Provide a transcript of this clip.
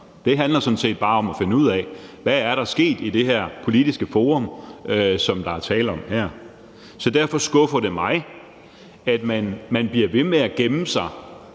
Det handler sådan set bare om at finde ud af, hvad der er sket i det her politiske forum, som der er tale om her. Derfor skuffer det mig, at man bliver ved med at gemme sig